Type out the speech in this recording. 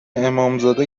امامزاده